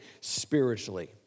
spiritually